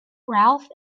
ralph